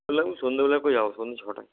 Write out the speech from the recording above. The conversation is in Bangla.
হলে আমি সন্ধ্যাবেলা করে যাবো সন্ধ্যা ছটায়